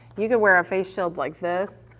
you can wear a face shield like this